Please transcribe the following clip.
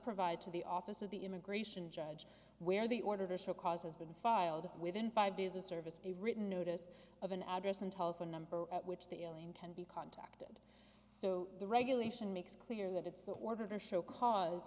provide to the office of the immigration judge where the order to show cause has been filed within five days a service a written notice of an address and telephone number at which the alien can be contacted so the regulation makes clear that it's the order to show cause